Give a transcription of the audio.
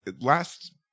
last